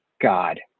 god